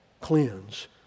cleanse